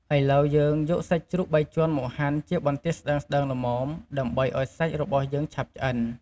ឥឡូវយើង យកសាច់ជ្រូកបីជាន់មកហាន់ជាបន្ទះស្ដើងៗល្មម ដើម្បីឱ្យសាច់របស់យើងឆាប់ឆ្អិន។